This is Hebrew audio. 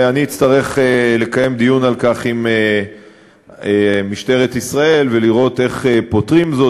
ואני אצטרך לקיים דיון על כך עם משטרת ישראל ולראות איך פותרים זאת,